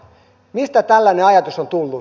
mistä tällainen ajatus on tullut